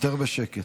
יותר בשקט.